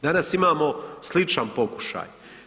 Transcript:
Danas imamo sličan pokušaj.